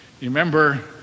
remember